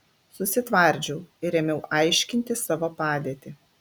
susitvardžiau ir ėmiau aiškinti savo padėtį